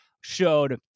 showed